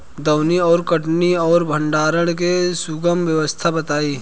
दौनी और कटनी और भंडारण के सुगम व्यवस्था बताई?